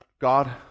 God